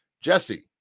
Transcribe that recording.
Jesse